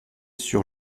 sur